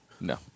No